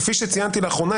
כפי שציינתי לאחרונה,